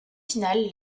finale